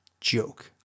joke